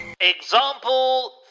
Example